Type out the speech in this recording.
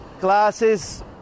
glasses